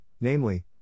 namely